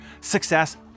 Success